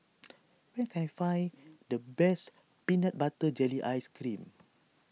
where can I find the best Peanut Butter Jelly Ice Cream